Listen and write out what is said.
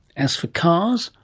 as for cars,